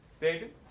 David